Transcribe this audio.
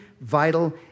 Vital